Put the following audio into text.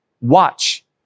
watch